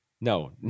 no